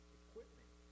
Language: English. equipment